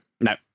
No